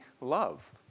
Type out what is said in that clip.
love